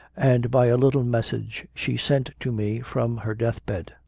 and by a little message she sent to me from her death bed